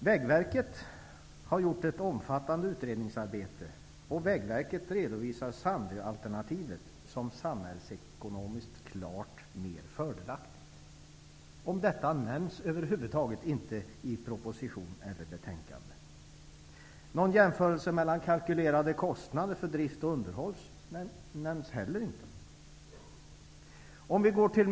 Vägverket har gjort ett omfattande utredningsarbete, och Vägverket redovisar Sandöalternativet som ett samhällsekonomiskt klart mer fördelaktigt alternativ. Detta nämns över huvud taget inte i propositionen eller betänkandet. Någon jämförelse mellan kalkylerade kostnader för drift och underhåll nämns inte heller.